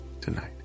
tonight